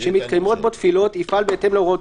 שמתקיימות בו תפילות יפעל בהתאם להוראות